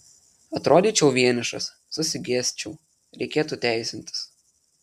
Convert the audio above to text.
atrodyčiau vienišas susigėsčiau reikėtų teisintis